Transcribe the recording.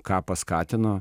ką paskatino